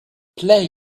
play